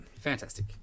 Fantastic